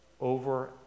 over